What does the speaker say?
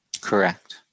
correct